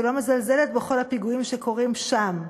ולא מזלזלת בכל הפיגועים שקורים שם,